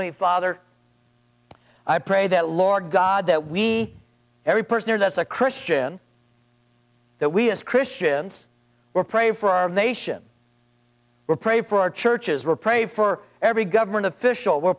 me father i pray that lord god that we every person are that's a christian that we as christians were pray for our nation were pray for our churches were prayed for every government official were